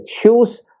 choose